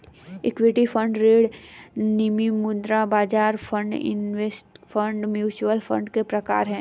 equity fund ऋण निधिमुद्रा बाजार fund index fund mutual fund के प्रकार हैं